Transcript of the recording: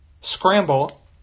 scramble